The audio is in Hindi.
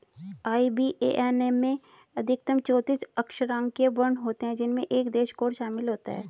आई.बी.ए.एन में अधिकतम चौतीस अक्षरांकीय वर्ण होते हैं जिनमें एक देश कोड शामिल होता है